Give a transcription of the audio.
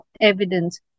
evidence